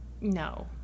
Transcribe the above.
no